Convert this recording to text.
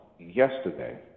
yesterday